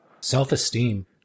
self-esteem